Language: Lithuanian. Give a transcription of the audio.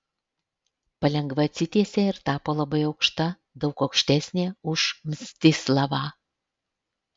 palengva atsitiesė ir tapo labai aukšta daug aukštesnė už mstislavą